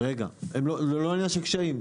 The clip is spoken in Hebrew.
זה לא עניין של קשיים.